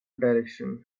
directions